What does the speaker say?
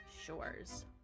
Shores